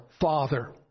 father